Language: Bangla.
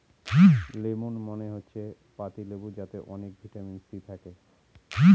লেমন মানে হচ্ছে পাতি লেবু যাতে অনেক ভিটামিন সি থাকে